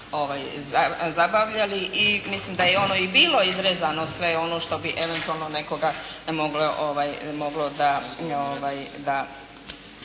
i mislim da je ono i bilo izrezano sve ono što bi eventualno nekoga moglo da